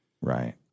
Right